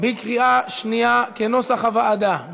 בקריאה שנייה, כנוסח הוועדה.